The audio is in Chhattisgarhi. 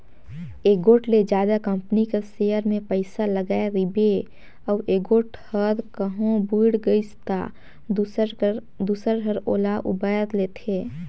एगोट ले जादा कंपनी कर सेयर में पइसा लगाय रिबे अउ एगोट हर कहों बुइड़ गइस ता दूसर हर ओला उबाएर लेथे